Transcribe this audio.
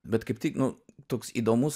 bet kaip tik nu toks įdomus